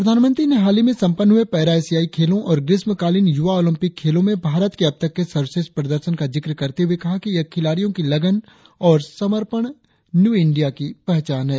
प्रधानमंत्री ने हालही में सपन्न हुए पैरा एशियाई खेलों और ग्रीष्मकालीन युवा ओलंपिक खेलों में भारत के अबतक के सर्वश्रेष्ट प्रदर्शन का जिक्र करते हुए कहा कि यह खिलाड़ियों की लगन और समर्पण न्यू इंडिया की पहचान है